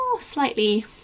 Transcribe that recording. slightly